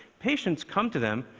patients come to them,